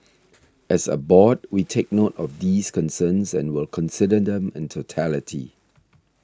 as a board we take note of these concerns and will consider them in totality